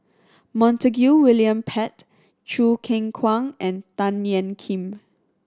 Montague William Pett Choo Keng Kwang and Tan Ean Kiam